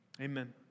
Amen